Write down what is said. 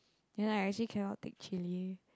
then I actually cannot take chilli